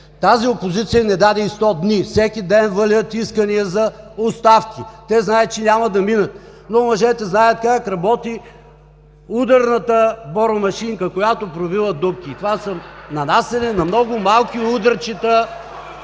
Тази опозиция не даде и 100 дни. Всеки ден валят искания за оставки. Те знаят, че няма да минат, но мъжете знаят как работи ударната бормашинка, която пробива дупки. (Смях. Силен шум.) И това са нанасяне на много малки ударчета